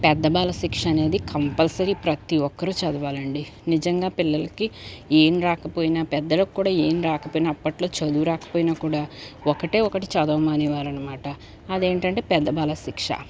పెద్ద బాలశిక్ష అనేది కంపల్సరీ ప్రతి ఒక్కరు చదవాలండి నిజంగా పిల్లలకి ఏం రాకపోయినా పెద్దల కూడా ఏం రాకపోయినా అప్పట్లో చదువు రాకపోయినా కూడా ఒకటే ఒకటి చదవమనేవారు అనమాట అదేంటంటే పెద్ద బాలశిక్ష